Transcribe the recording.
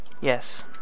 Yes